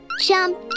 Jump